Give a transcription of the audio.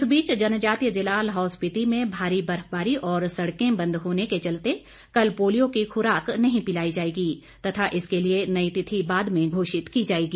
इस बीच जनजातीय जिला लाहौल स्पीति में भारी बर्फबारी और सड़कें बंद होने के चलते कल पोलियो की खुराक नहीं पिलाई जाएगी तथा इसके लिए नई तिथि बाद में घोषित की जाएगी